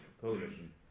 Coalition